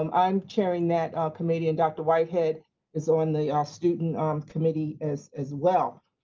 um i'm sharing that committee and dr. whitehead is on the ah student um committee as as well.